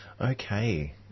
Okay